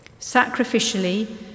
sacrificially